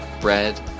Bread